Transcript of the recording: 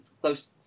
close